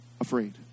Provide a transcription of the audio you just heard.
afraid